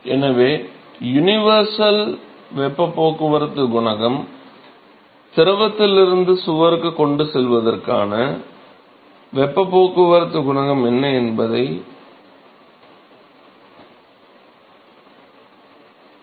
எனவே யுனிவர்சல் வெப்பப் போக்குவரத்து குணகம் திரவத்திலிருந்து சுவருக்குக் கொண்டு செல்வதற்கான வெப்பப் போக்குவரத்துக் குணகம் என்ன என்பதைக் கணக்கிடுகிறது